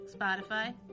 Spotify